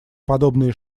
подобные